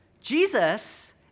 Jesus